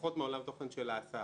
פחות מעולם תוכן של ההסעה.